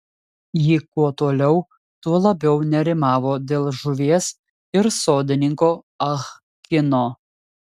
ji kuo toliau tuo labiau nerimavo dėl žuvies ir sodininko ah kino